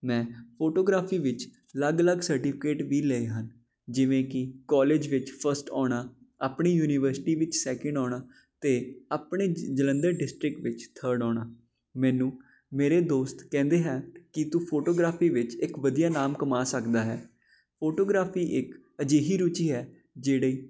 ਮੈਂ ਫੋਟੋਗ੍ਰਾਫੀ ਵਿੱਚ ਅਲੱਗ ਅਲੱਗ ਸਰਟੀਫਿਕੇਟ ਵੀ ਲਏ ਹਨ ਜਿਵੇਂ ਕਿ ਕਾਲਜ ਵਿੱਚ ਫਸਟ ਆਉਣਾ ਆਪਣੀ ਯੂਨੀਵਰਸਿਟੀ ਵਿੱਚ ਸੈਕਿੰਡ ਆਉਣਾ ਅਤੇ ਆਪਣੇ ਜਲੰਧਰ ਡਿਸਟ੍ਰਿਕਟ ਵਿੱਚ ਥਰਡ ਆਉਣਾ ਮੈਨੂੰ ਮੇਰੇ ਦੋਸਤ ਕਹਿੰਦੇ ਹੈ ਕਿ ਤੂੰ ਫੋਟੋਗ੍ਰਾਫੀ ਵਿੱਚ ਇੱਕ ਵਧੀਆ ਨਾਮ ਕਮਾ ਸਕਦਾ ਹੈ ਫੋਟੋਗ੍ਰਾਫੀ ਇੱਕ ਅਜਿਹੀ ਰੁਚੀ ਹੈ ਜਿਹੜੇ